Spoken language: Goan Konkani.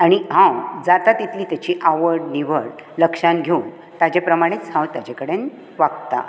आनी हांव जाता तितली तेची आवड निवड लक्षांत घेवन ताचे प्रमाणेच हांव ताचे कडेन वागता